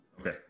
Okay